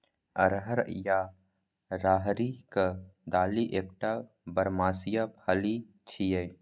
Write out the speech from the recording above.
अरहर या राहरिक दालि एकटा बरमसिया फली छियै